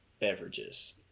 beverages